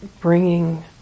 bringing